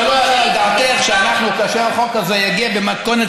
העולה על דעתך שכאשר החוק הזה יגיע במתכונת